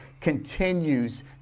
continues